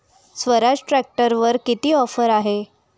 स्वराज ट्रॅक्टरवर किती ऑफर आहे?